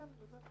כן.